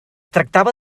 tractava